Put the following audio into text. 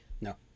No